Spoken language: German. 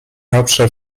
hauptstadt